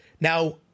now